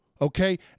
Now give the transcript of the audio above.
okay